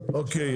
אוקיי,